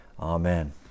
Amen